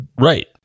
right